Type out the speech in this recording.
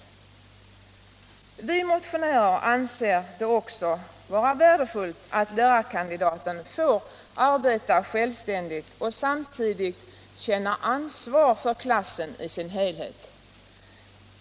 Vi motionärer anser det också vara värdefullt att lärarkandidaten får arbeta självständigt och samtidigt känna ansvar för klassen i dess helhet.